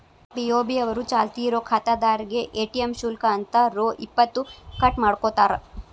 BOB ಅವರು ಚಾಲ್ತಿ ಇರೋ ಖಾತಾದಾರ್ರೇಗೆ ಎ.ಟಿ.ಎಂ ಶುಲ್ಕ ಅಂತ ರೊ ಇಪ್ಪತ್ತು ಕಟ್ ಮಾಡ್ಕೋತಾರ